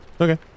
Okay